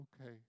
Okay